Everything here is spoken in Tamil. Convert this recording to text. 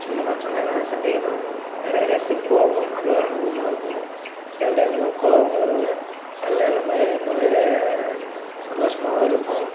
சின்ன மனுஷங்களாக இருந்தாலும் சந்திக்கணும் வேறு வேறு இடத்துக்கு போவோம் அது ஒரு அனுபவமாக இருக்கும் சில டைம்லெலாம் கோவம் வரும் அதுலாம் இல்லாமல் இன்னொரு சந்தோஷமாகவும் இருக்கும்